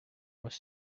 was